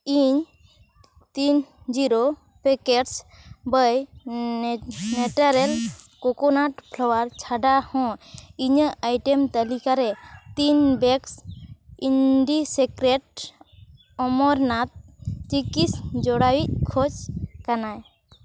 ᱤᱧ ᱛᱤᱱ zero packets by nature coconut flour ᱪᱷᱟᱰᱟ ᱦᱚᱸ ᱤᱧᱟᱹᱜ ᱟᱭᱴᱮᱢ ᱛᱟᱹᱞᱤᱠᱟ ᱨᱮ ᱛᱤᱱ ᱵᱮᱜᱽᱥ ᱤᱱᱰᱤᱥᱮᱠᱨᱮᱴᱥ ᱚᱢᱚᱨᱚᱱᱛᱷ ᱪᱤᱠᱤᱥ ᱡᱚᱲᱟᱣᱤᱧ ᱠᱷᱚᱡᱽ ᱠᱟᱱᱟ